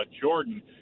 Jordan